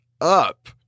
up